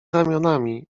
ramionami